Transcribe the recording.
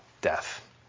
death